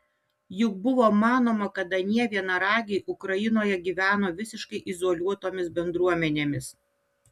juk buvo manoma kad anie vienaragiai ukrainoje gyveno visiškai izoliuotomis bendruomenėmis